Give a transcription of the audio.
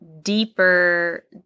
deeper